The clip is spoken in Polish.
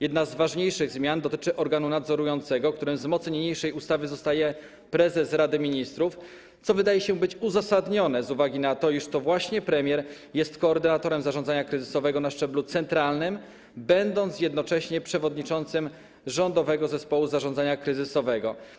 Jedna z ważniejszych zmian dotyczy organu nadzorującego, którym z mocy niniejszej ustawy zostaje prezes Rady Ministrów, co wydaje się uzasadnione z uwagi na to, iż to właśnie premier jest koordynatorem zarządzania kryzysowego na szczeblu centralnym, będąc jednocześnie przewodniczącym Rządowego Zespołu Zarządzania Kryzysowego.